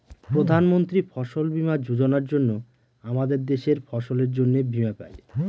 প্রধান মন্ত্রী ফসল বীমা যোজনার জন্য আমাদের দেশের ফসলের জন্যে বীমা পাই